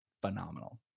phenomenal